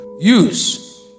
use